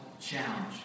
challenge